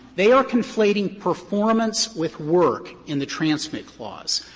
they are conflating performance with work in the transmit clause.